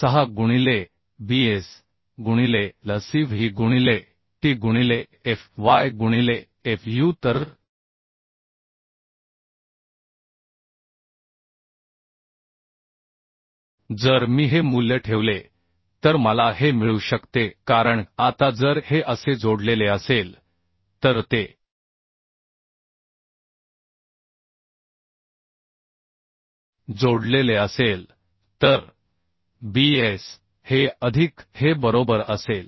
076 गुणिले Bs गुणिले L c W गुणिले t गुणिले F y गुणिले F u तर जर मी हे मूल्य ठेवले तर मला हे मिळू शकते कारण आता जर हे असे जोडलेले असेल तर ते जोडलेले असेल तर Bs हे अधिक हे बरोबर असेल